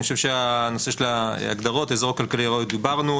אני חושב שהנושא של ההגדרות אזור כלכלי הראוי דיברנו,